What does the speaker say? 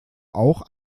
auch